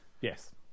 yes